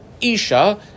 isha